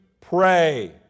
pray